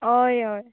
अय अय